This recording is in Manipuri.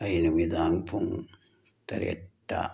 ꯑꯩ ꯅꯨꯃꯤꯗꯥꯡ ꯄꯨꯡ ꯇꯔꯦꯠꯇ